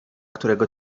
którego